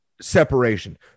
separation